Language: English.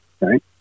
right